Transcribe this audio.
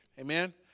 Amen